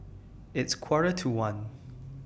its Quarter to one